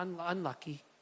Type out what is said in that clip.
unlucky